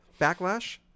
Backlash